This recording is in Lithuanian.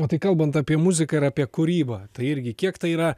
o tai kalbant apie muziką ir apie kūrybą tai irgi kiek tai yra